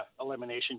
Elimination